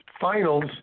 finals